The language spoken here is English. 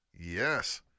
Yes